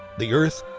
the earth,